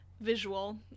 visual